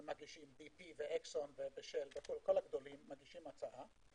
ומגישים כל הגדולים הצעה,